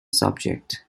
subject